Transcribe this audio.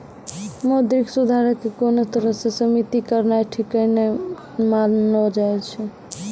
मौद्रिक सुधारो के कोनो तरहो से सीमित करनाय ठीक नै मानलो जाय छै